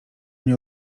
nie